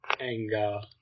anger